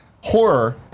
horror